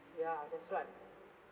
ya that's right